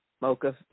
mocha